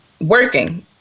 working